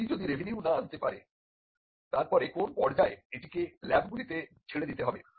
এটি যদি রেভিনিউ না আনতে পারে তারপরে কোন পর্যায়ে এটিকে ল্যাবগুলোতে ছেড়ে যেতে হবে